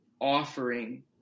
offering